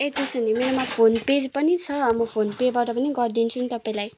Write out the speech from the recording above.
ए त्यसो भने मेरोमा फोन पे पनि छ म फोन पेबाट पनि गरिदिन्छु नि तपाईँलाई